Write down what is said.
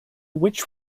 which